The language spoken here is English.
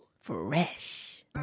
fresh